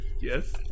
yes